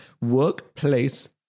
workplace